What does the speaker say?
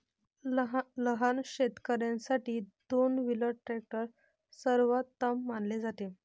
लहान शेतकर्यांसाठी दोन व्हीलर ट्रॅक्टर सर्वोत्तम मानले जाते